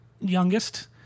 youngest